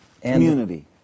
Community